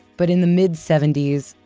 but in the mid seventy s,